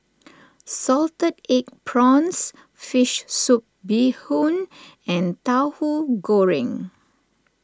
Salted Egg Prawns Fish Soup Bee Hoon and Tauhu Goreng